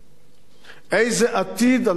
איזה עתיד אנחנו רוצים פה.